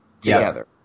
together